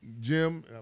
Jim